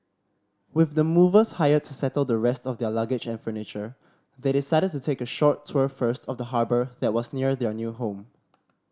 with the movers hired to settle the rest of their luggage and furniture they decided to take a short tour first of the harbour that was near their new home